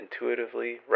intuitively